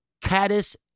Caddis